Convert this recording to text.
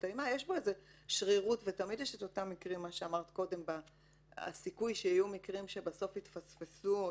הסתיימה יש שרירות ותמיד יש סיכוי שיהיו מקרים שבסוף יתפספסו.